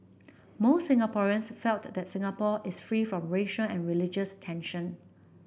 most Singaporeans felt that Singapore is free from racial and religious tension